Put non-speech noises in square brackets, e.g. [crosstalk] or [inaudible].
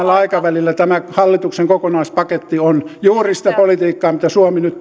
pitemmällä aikavälillä tämä hallituksen kokonaispaketti on juuri sitä politiikkaa mitä suomi nyt [unintelligible]